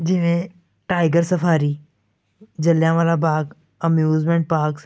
ਜਿਵੇਂ tiger safari Jallianwala Bagh amusement parks